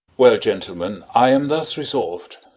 well, gentlemen, i am thus resolv'd.